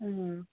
ഉം